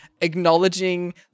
acknowledging